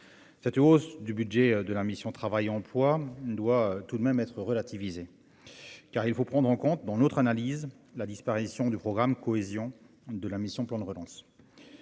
une hausse du budget de la mission Travail emploi doit tout de même être relativisée car il faut prendre en compte dans notre analyse la disparition du programme cohésion de la mission, plan de relance,